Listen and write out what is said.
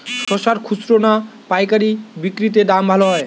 শশার খুচরা না পায়কারী বিক্রি তে দাম ভালো হয়?